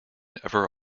ever